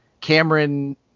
Cameron